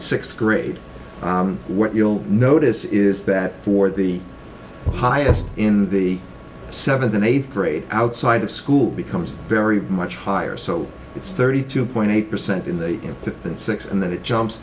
sixth grade what you'll notice is that for the highest in the seventh and eighth grade outside of school becomes very much higher so it's thirty two point eight percent in the input and six in that it jumps